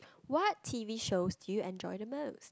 what t_v shows do you enjoy the most